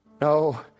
no